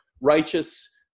righteous